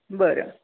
बरं